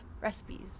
recipes